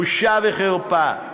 בושה וחרפה.